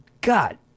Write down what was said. God